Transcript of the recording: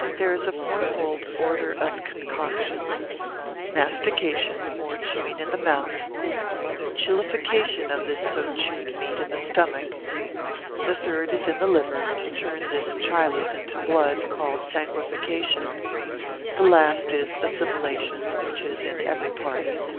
there is a fourfold order of concoction mastication, or chewing in the mouth chilification of this so chewed meat in the stomach the third is in the liver, to turn this chylus into blood, called sanguification the last is assimilation, which is in every part.